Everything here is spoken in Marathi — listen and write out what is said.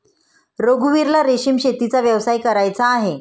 रघुवीरला रेशीम शेतीचा व्यवसाय करायचा आहे